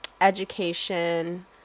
education